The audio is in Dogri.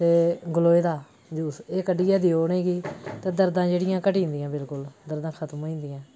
ते गलोए दा जूस एह् कड्ढियै देओ उ'नें गी ते दर्दां जेह्ड़ियां घटी जंदियां बिल्कुल दर्दां खत्म होई जंदियां